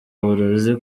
uburozi